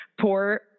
poor